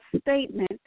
statement